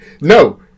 No